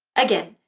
again,